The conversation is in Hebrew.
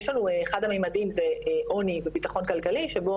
יש לנו אחד המימדים זה עוני וביטחון כלכלי שבו